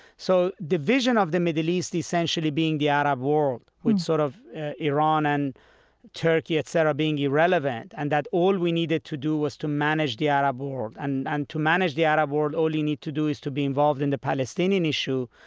so division of the middle east essentially being the arab world with sort of iran and turkey, et cetera, being irrelevant and that all we needed to do was to manage the arab world. and and to manage the arab world, all you need to do is to be involved in the palestinian issue,